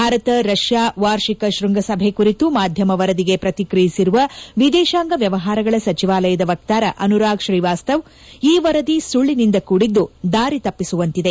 Bharat Russia ವಾರ್ಷಿಕ ಶ್ವಂಗಸಭೆ ಕುರಿತು ಮಾಧ್ಯಮ ವರದಿಗೆ ಪ್ರತಿಕ್ರಿಯಿಸಿರುವ ವಿದೇಶಾಂಗ ವ್ಯವಹಾರಗಳ ಸಚಿವಾಲಯದ ವಕ್ತಾರ ಅನುರಾಗ್ ಶ್ರೀವಾಸ್ತವ ಈ ವರದಿ ಸುಳ್ಳಿನಿಂದ ಕೂಡಿದ್ದು ದಾರಿತಪ್ಪಿಸುವಂತಿದೆ